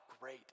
great